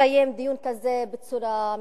לקיים דיון כזה בצורה מכובדת,